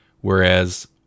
Whereas